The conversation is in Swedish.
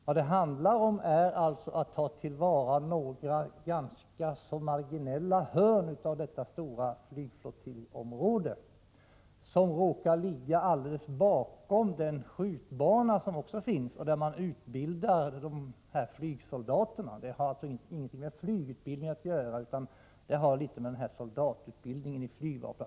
Vad det handlar om är att ta i anspråk ett litet hörn av detta stora flygflottiljsområde, en bit mark som råkar ligga alldeles bakom den skjutbana där man utbildar flygsoldaterna. Det har alltså ingenting med flygutbildningen att göra, utan med soldatutbildningen inom flygvapnet.